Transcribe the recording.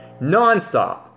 nonstop